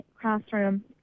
classroom